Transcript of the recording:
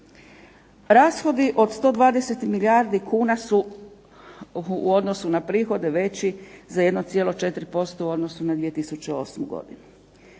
Rashodi od 120 milijardi su u odnosu na prihode veći za 1,4% u odnosu na 2008. godinu.